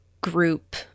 group